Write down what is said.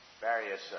various